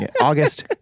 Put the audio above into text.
August